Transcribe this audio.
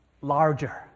larger